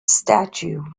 statue